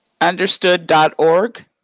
Understood.org